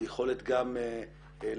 ויכולת גם לשנות